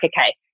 okay